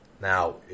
Now